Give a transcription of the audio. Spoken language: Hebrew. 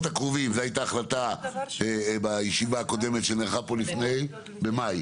זו הייתה החלטה בישיבה הקודמת שנערכה פה בחודש מאי: